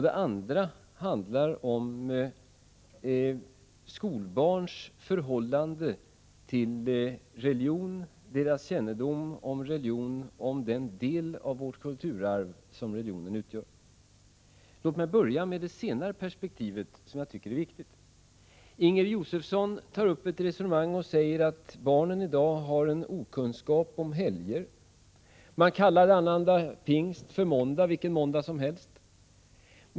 Det andra handlar om skolbarns förhållande till religion, deras kännedom om religion och den del av kulturarv som religionen utgör. Låt mig börja med det senare perspektivet, som jag tycker är viktigt. Inger Josefsson sade: Barn i dag har en okunskap om helger. De kallar Annandag Pingst för måndag, som vilken måndag som helst.